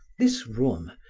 this room,